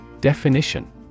Definition